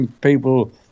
people